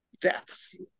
deaths